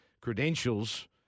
credentials